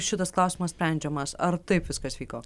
šitas klausimas sprendžiamas ar taip viskas vyko